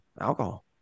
alcohol